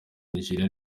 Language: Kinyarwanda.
nigeria